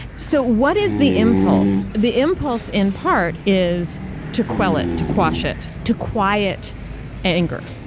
so, what is the impulse? the impulse, in part, is to quell it, to quash it, to quiet anger.